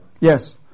yes